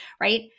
right